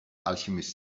alchemist